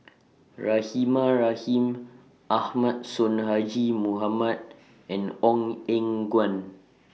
Rahimah Rahim Ahmad Sonhadji Mohamad and Ong Eng Guan